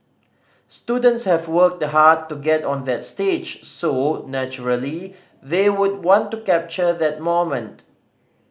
students have worked hard to get on that stage so naturally they would want to capture that moment